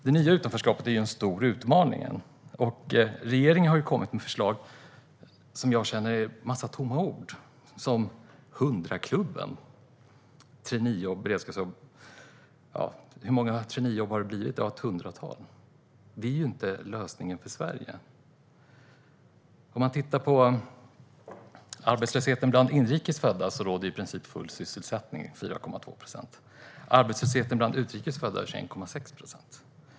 Det nya utanförskapet är den stora utmaningen, och regeringen har kommit med förslag som jag känner är en massa tomma ord: 100-klubben, traineejobb, beredskapsjobb. Hur många traineejobb har det blivit? Ett hundratal. Det är inte lösningen för Sverige. Bland inrikes födda råder i princip full sysselsättning - arbetslösheten är 4,2 procent. Arbetslösheten bland utrikes födda är 21,6 procent.